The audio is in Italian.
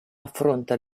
affronta